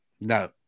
No